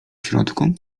środku